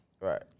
Right